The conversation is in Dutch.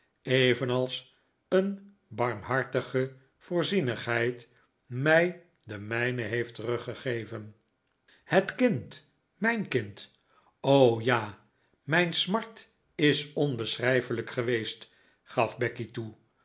evenals een barmhartige voorzienigheid mij den mijne heeft teruggegeven het kind mijn kind o ja mijn smart is onbeschrijflijk geweest gaf becky toe